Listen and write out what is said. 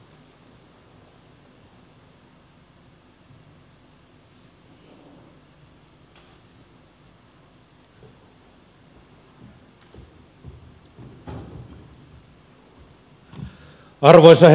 arvoisa herra puhemies